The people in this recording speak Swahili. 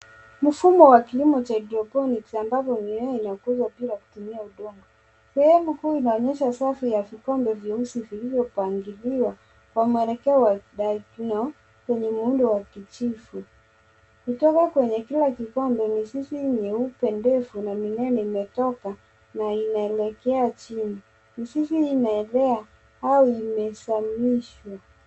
Mfumo wa kilimo cha hydrophonic ambavyo mimea inakuzwa bila kutumia udongo. Sehemu kuu inaonyesha safu ya vikombe vyeusi viliyopangiliwa kwa mwelekeo wa dicno kwenye muundo wa kijivu. Kutoka kwenye kila kikombe, mizizi nyeupe ndefu na mimea yenye topa na inaelekea chini. Mizizi hii inaelea au imezamishwa.